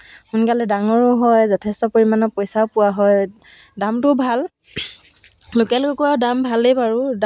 তই এতিয়া পঢ়ি আছ এইবোৰ শিকিব নালাগে এইবোৰ কৰিলে তোৰ কৰি থাকিবলৈ মন যাব সেইকাৰণে মোক শিকাই দিয়া নাছিলে